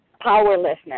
powerlessness